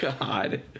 God